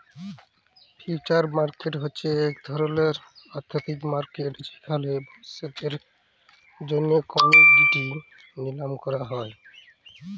future market হছে ইক ধরলের আথ্থিক মার্কেট যেখালে ভবিষ্যতের জ্যনহে কমডিটি লিলাম ক্যরা হ্যয়